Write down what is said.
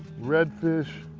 redfish,